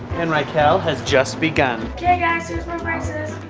and rykel has just begun. okay guys here's my braces.